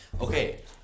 Okay